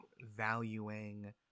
valuing